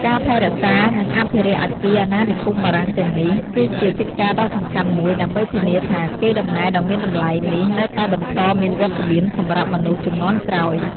ការថែរក្សា និងអភិរក្សអគារអាណានិគមបារាំងទាំងនេះ គឺជាកិច្ចការដ៏សំខាន់មួយ ដើម្បីធានាថាកេរដំណែលដ៏មានតម្លៃនេះនៅតែបន្តមានវត្តមានសម្រាប់មនុស្សជំនាន់ក្រោយ។